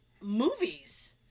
movies